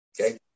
Okay